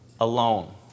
Alone